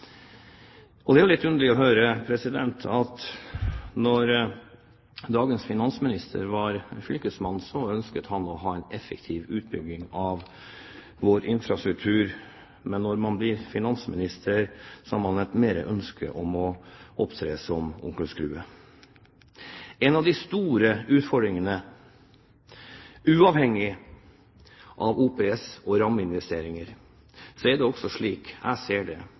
Og det er litt underlig å høre at da dagens finansminister var fylkesmann, ønsket han å ha en effektiv utbygging av vår infrastruktur, mens han som finansminister mer har et ønske om å opptre som onkel Skrue. Slik jeg ser det, er en av de store utfordringene, uavhengig av OPS og rammeinvesteringer, at det ikke er